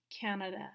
Canada